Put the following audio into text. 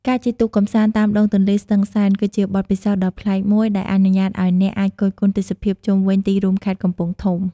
ការជិះទូកកម្សាន្តតាមដងទន្លេស្ទឹងសែន គឺជាបទពិសោធន៍ដ៏ប្លែកមួយដែលអនុញ្ញាតឲ្យអ្នកអាចគយគន់ទេសភាពជុំវិញទីរួមខេត្តកំពង់ធំ។